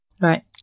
Right